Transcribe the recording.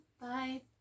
Bye